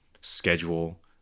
schedule